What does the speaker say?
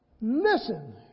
Listen